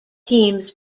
teams